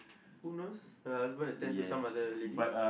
who knows her husband attend to some other lady